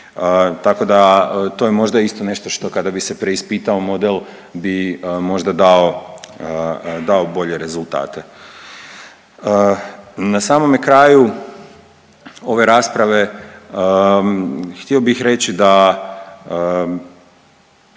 tako da to je možda isto nešto što kada bi se preispitao model bi možda dao bolje rezultate. Na samome kraju ove rasprave htio bih reći da